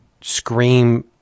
scream